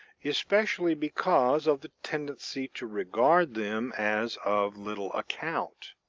especially because of the tendency to regard them as of little account.